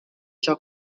ciò